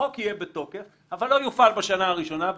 החוק יהיה בתוקף אבל לא יופעל בשנה הראשונה.